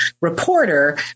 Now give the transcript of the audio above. Reporter